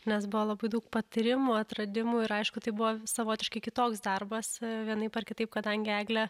nes buvo labai daug patyrimų atradimų ir aišku tai buvo savotiškai kitoks darbas vienaip ar kitaip kadangi eglė